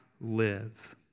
live